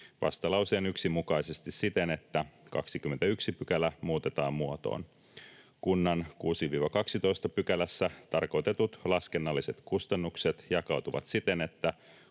mietinnön mukaisena paitsi että 21 § muutetaan muotoon: ”Kunnan 6—12 §:ssä tarkoitetut laskennalliset kustannukset jakautuvat siten, että